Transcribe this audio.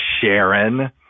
Sharon